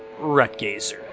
Rutgazer